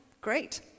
great